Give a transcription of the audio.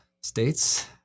states